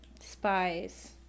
Spies